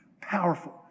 Powerful